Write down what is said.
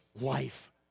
life